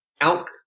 out